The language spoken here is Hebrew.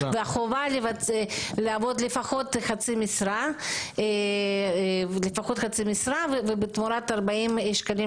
החובה לעבוד לפחות חצי משרה בתמורה ל-40 שקלים